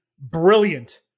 brilliant